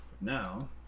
now